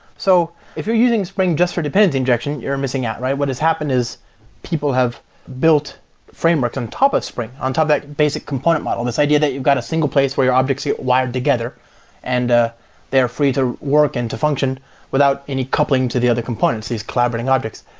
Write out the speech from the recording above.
so if you're using spring just for dependency injection, you're missing out. what has happened is people have built frameworks on top of spring, on top of that basic component model. this idea that you've got a single place where your objects are wired together and ah they are free to work and to function without any coupling to the other components these collaborating objects.